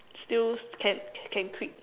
still can can quit